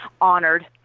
honored